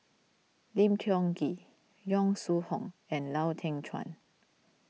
Lim Tiong Ghee Yong Shu Hoong and Lau Teng Chuan